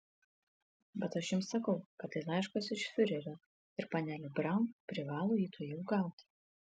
bet aš jums sakau kad tai laiškas iš fiurerio ir panelė braun privalo jį tuojau gauti